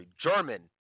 German